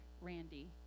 Randy